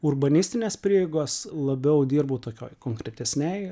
urbanistinės prieigos labiau dirbu tokioj konkretesnėj